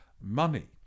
money